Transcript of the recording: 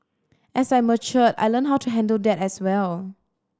as I matured I learnt how to handle that as well